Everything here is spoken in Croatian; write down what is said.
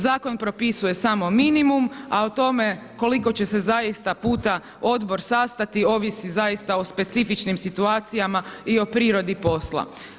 Zakon propisuje samo minimum, a o tome koliko će se zaista puta odbor sastati ovisi zaista o specifičnim situacijama i o prirodi posla.